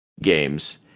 Games